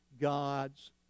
God's